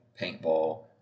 paintball